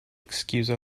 excuse